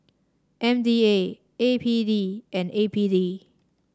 M D A A P D and A P D